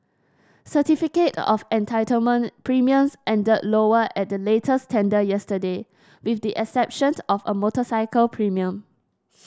certificate of entitlement premiums ended lower at the latest tender yesterday with the exception of the motorcycle premium